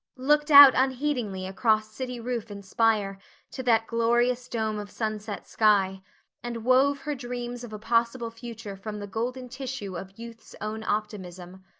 looked out unheedingly across city roof and spire to that glorious dome of sunset sky and wove her dreams of a possible future from the golden tissue of youth's own optimism.